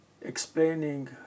explaining